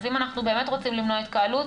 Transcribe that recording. אז אם אנחנו באמת רוצים למנוע התקהלות,